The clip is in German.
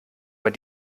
man